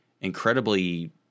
incredibly